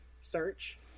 search